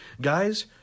Guys